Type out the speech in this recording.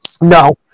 No